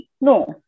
No